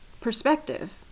perspective